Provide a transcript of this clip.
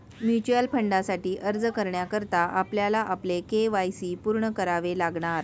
mutual फंडासाठी अर्ज करण्याकरता आपल्याला आपले के.वाय.सी पूर्ण करावे लागणार